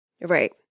Right